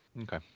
okay